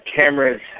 Cameras